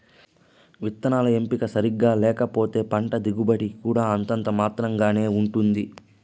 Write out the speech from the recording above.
విత్తనాల ఎంపిక సరిగ్గా లేకపోతే పంట దిగుబడి కూడా అంతంత మాత్రం గానే ఉంటుంది